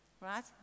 right